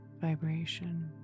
vibration